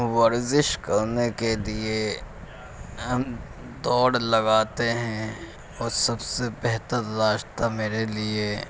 ورزش کرنے کے لیے ہم دوڑ لگاتے ہیں اور سب سے بہتر راستہ میرے لیے